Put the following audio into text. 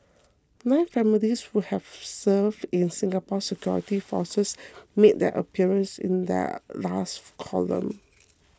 nine families who have served in Singapore's security forces made their appearance in their last column